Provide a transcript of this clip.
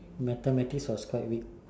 mathematics was quite weak